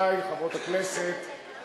חברותי חברות הכנסת,